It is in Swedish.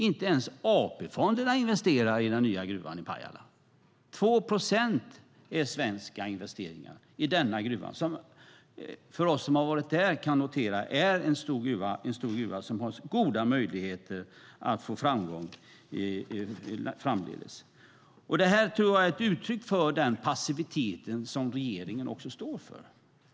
Inte ens AP-fonderna investerar i den nya gruvan i Pajala. 2 procent är svenska investeringar i denna gruva. Vi som har varit där har kunnat notera att det är en stor gruva som har goda möjligheter att få framgång framdeles. Det här är ett uttryck för den passivitet som regeringen står för.